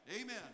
Amen